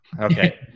Okay